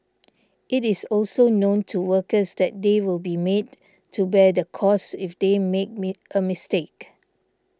it is also known to workers that they will be made to bear the cost if they make me a mistake